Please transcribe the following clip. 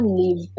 leave